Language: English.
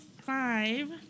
five